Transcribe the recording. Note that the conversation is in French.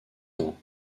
ans